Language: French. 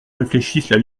réfléchissent